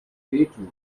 wehtut